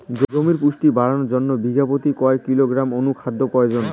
জমির পুষ্টি বাড়ানোর জন্য বিঘা প্রতি কয় কিলোগ্রাম অণু খাদ্যের প্রয়োজন?